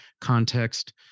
context